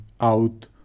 out